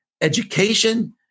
education